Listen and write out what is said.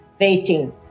waiting